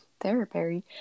Therapy